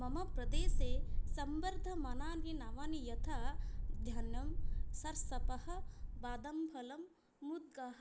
मम प्रदेशे संवर्धमानानि नामानि यथा धान्यं सर्षपः बादम् फलं मुद्गः